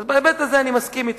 אז בהיבט הזה אני מסכים אתך.